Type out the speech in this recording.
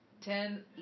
ten